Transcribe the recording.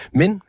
men